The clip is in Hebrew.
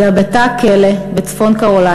אלא בתא כלא בצפון-קרוליינה,